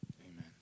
Amen